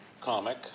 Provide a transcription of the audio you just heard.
comic